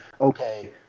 okay